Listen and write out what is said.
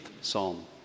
Psalm